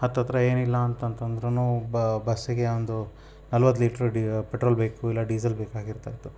ಹತ್ತತ್ತಿರ ಏನಿಲ್ಲ ಅಂತ ಅಂತಂದ್ರು ಬಸ್ಸಿಗೆ ಒಂದು ನಲ್ವತ್ತು ಲೀಟ್ರು ಡೀ ಪೆಟ್ರೋಲ್ ಬೇಕು ಇಲ್ಲ ಡೀಸೆಲ್ ಬೇಕಾಗಿರ್ತಾ ಇತ್ತು